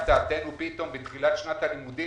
להפתעתנו זה בא פתאום בתחילת שנת הלימודים.